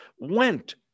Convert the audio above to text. went